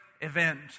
event